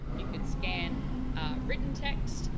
you can scan written texts,